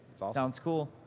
ah sounds cool.